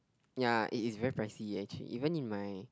ya it is very pricy actually even in my